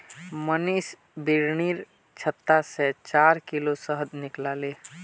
मनीष बिर्निर छत्ता से चार किलो शहद निकलाले